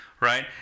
right